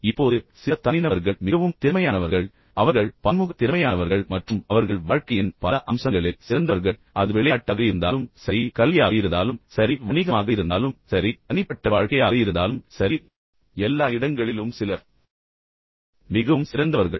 இப்போது சில தனிநபர்கள் மிகவும் திறமையானவர்கள் அவர்கள் பன்முக திறமையானவர்கள் மற்றும் அவர்கள் வாழ்க்கையின் பல அம்சங்களில் சிறந்தவர்கள் அது விளையாட்டாக இருந்தாலும் சரி கல்வியாக இருந்தாலும் சரி வணிகமாக இருந்தாலும் சரி தனிப்பட்ட வாழ்க்கையாக இருந்தாலும் சரி எல்லா இடங்களிலும் சிலர் மிகவும் சிறந்தவர்கள்